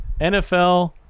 NFL